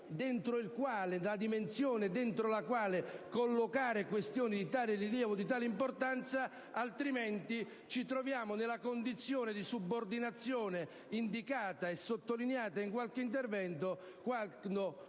entro la quale collocare questioni di tale rilievo. Altrimenti, ci troviamo nella condizione di subordinazione indicata e sottolineata in alcuni interventi,